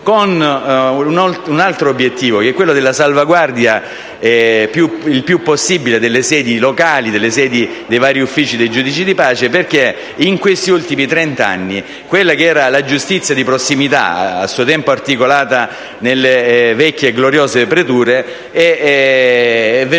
anche un altro obiettivo, quello della salvaguardia il più possibile delle sedi locali e dei vari uffici dei giudici di pace, perché in questi ultimi trent'anni quella che era la giustizia di prossimità, a suo tempo articolata nelle vecchie e gloriose preture, è venuta